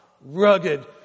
rugged